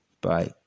Bye